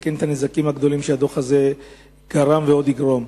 לתקן את הנזקים הגדולים שהדוח הזה גרם ועוד יגרום.